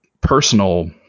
personal